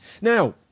Now